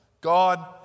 God